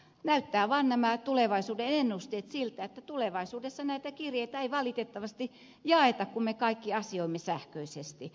näyttävät vaan nämä tulevaisuuden ennusteet siltä että tulevaisuudessa näitä kirjeitä ei valitettavasti jaeta kun me kaikki asioimme sähköisesti